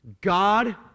God